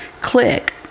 click